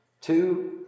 two